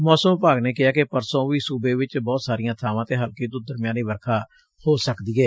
ਮੌਸਮ ਵਿਭਾਗ ਨੇ ਕਿਹੈ ਕਿ ਪਰਸੋ ਵੀ ਸੁਬੇ ਚ ਬਹੁਤ ਸਾਰੀਆਂ ਬਾਵਾਂ ਤੇ ਹਲਕੀ ਤੋ ਦਰਮਿਆਨੀ ਵਰਖਾ ਹੋ ਸਕਦੀ ਏ